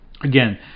Again